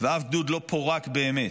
ואף גדוד לא פורק באמת.